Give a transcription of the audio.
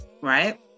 Right